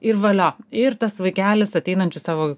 ir valio ir tas vaikelis ateinančius savo